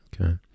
Okay